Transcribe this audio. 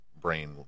brain